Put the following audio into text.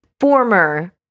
former